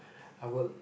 I would